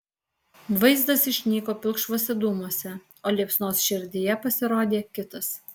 vaizdas išnyko pilkšvuose dūmuose o liepsnos šerdyje pasirodė kitas